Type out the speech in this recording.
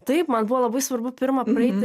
taip man buvo labai svarbu pirma praeiti